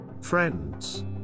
Friends